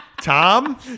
Tom